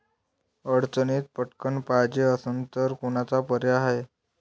अडचणीत पटकण पायजे असन तर कोनचा पर्याय हाय?